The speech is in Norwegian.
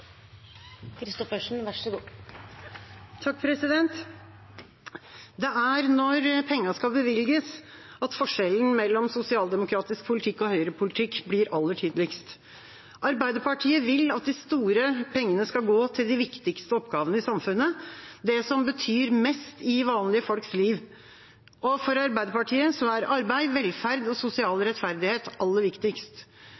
når pengene skal bevilges at forskjellen mellom sosialdemokratisk politikk og høyrepolitikk blir aller tydeligst. Arbeiderpartiet vil at de store pengene skal gå til de viktigste oppgavene i samfunnet, det som betyr mest i vanlige folks liv. For Arbeiderpartiet er arbeid, velferd og